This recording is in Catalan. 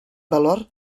valor